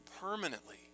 permanently